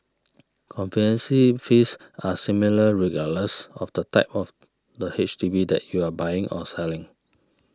conveyance fees are similar regardless of the type of the H D B that you are buying or selling